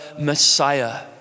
Messiah